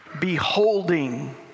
Beholding